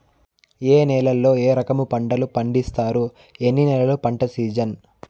ఏ నేలల్లో ఏ రకము పంటలు పండిస్తారు, ఎన్ని నెలలు పంట సిజన్?